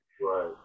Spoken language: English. Right